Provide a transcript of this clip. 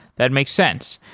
that makes sense.